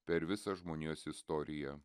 per visą žmonijos istoriją